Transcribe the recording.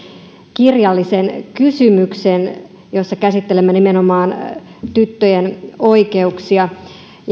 kirjallisen kysymyksen jossa käsittelemme nimenomaan tyttöjen oikeuksia